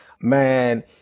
Man